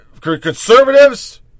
conservatives